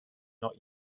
not